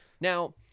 Now